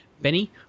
Benny